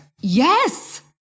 Yes